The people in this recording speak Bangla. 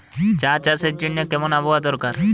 চা চাষের জন্য কেমন আবহাওয়া দরকার?